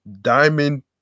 diamond